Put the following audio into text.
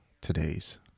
today's